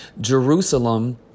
Jerusalem